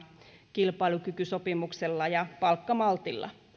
kilpailukykysopimuksella ja palkkamaltilla